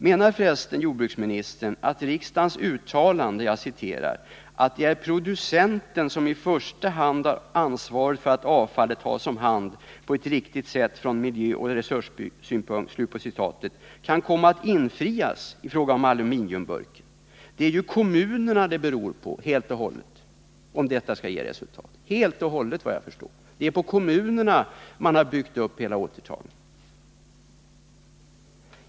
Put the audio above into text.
Menar jordbruksministern för resten att riksdagens uttalande ”att det är producenten som i första hand har ansvaret för att avfallet tas om hand på ett riktigt sätt från miljöoch resurssynpunkt” kan komma att infrias i fråga om aluminiumburken? Vad jag kan förstå hänger det helt och hållet på kommunerna om detta skall ge resultat. Det är på kommunerna som man har byggt upp hela återtagningen av tomburkar.